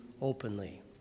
openly